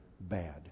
bad